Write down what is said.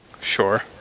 Sure